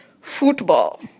Football